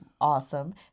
awesome